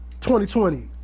2020